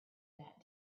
that